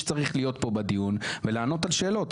צריך להיות פה בדיון ולענות על שאלות.